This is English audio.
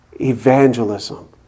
evangelism